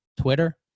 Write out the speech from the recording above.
Twitter